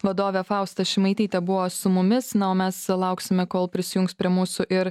vadovė fausta šimaitytė buvo su mumis na o mes lauksime kol prisijungs prie mūsų ir